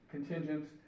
contingents